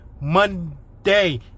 Monday